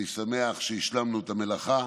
אני שמח שהשלמנו את המלאכה.